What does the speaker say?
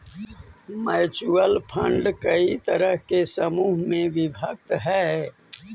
mutual fund कई तरह के समूह में विभक्त हई